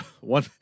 one